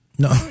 No